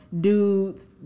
dudes